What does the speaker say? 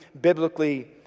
biblically